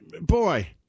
boy